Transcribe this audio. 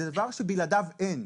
זה דבר שבלעדיו אין.